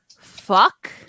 fuck